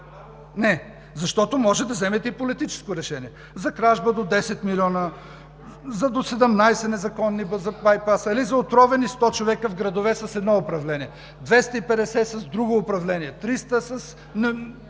Не! Защото можете да вземете и политическо решение – за кражба до 10 милиона, за до 17 незаконни байпаса или за отровени 100 човека в градове при едно управление, 250 – с друго управление, 300 с,